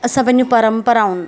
असां पंहिंजी परंपराऊं